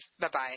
Bye-bye